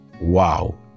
wow